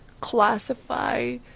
classify